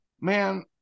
man